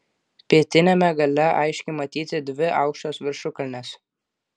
pietiniame gale aiškiai matyti dvi aukštos viršukalnės